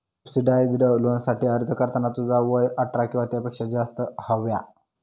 subsidised लोनसाठी अर्ज करताना तुझा वय अठरा किंवा त्यापेक्षा जास्त हव्या